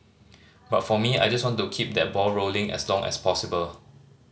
but for me I just want to keep that ball rolling as long as possible